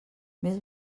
més